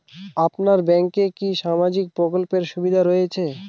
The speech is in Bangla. আপনার ব্যাংকে কি সামাজিক প্রকল্পের সুবিধা রয়েছে?